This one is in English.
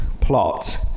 plot